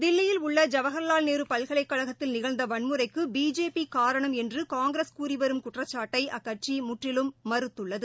தில்லியில் உள்ள ஜவறர்வால் நேரு பல்கலைக்கழகத்தில் நிகழ்ந்த வன்முறைக்கு பிஜேபி காரணம் என்று காங்கிரஸ் கூறி வரும் குற்றச்சாட்டை அக்கட்சி முற்றிலும் மறுத்துள்ளது